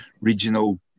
regional